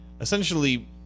Essentially